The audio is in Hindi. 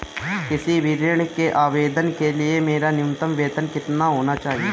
किसी भी ऋण के आवेदन करने के लिए मेरा न्यूनतम वेतन कितना होना चाहिए?